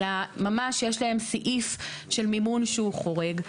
אלא ממש יש להם סעיף של מימון שהוא חורג.